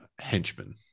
henchman